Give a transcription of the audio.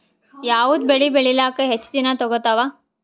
ಯಾವದ ಬೆಳಿ ಬೇಳಿಲಾಕ ಹೆಚ್ಚ ದಿನಾ ತೋಗತ್ತಾವ?